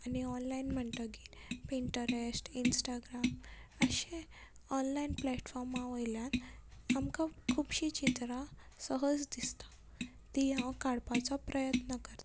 आनी ऑनलायन म्हणटकीर Pinterest Instagram अशें ऑनलायन प्लेट फोर्मा वयल्यान आमकां खुबशी चित्रां सहज दिसतात ती हांव काडपाचो प्रयत्न करतां